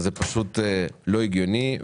זה פשוט לא הגיוני.